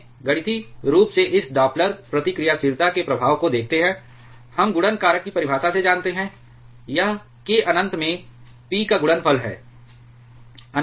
हमें गणितीय रूप से इस डॉपलर प्रतिक्रियाशीलता के प्रभाव को देखते हैं हम गुणन कारक की परिभाषा से जानते हैं यह k अनंत में p का गुणनफल है